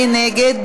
מי נגד?